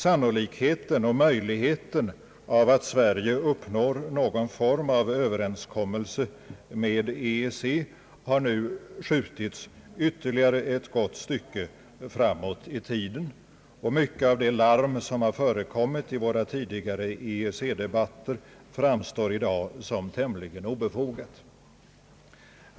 Sannolikheten och möjligheten av att Sverige uppnår någon form av Överenskommelse med EEC har nu skjutits ytterligare ett gott stycke framåt i tiden, och mycket av det larm som har förekommit i våra tidigare EEC-debatter framstår i dag som tämligen obefogat.